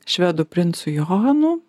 švedų princu johanu